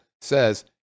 says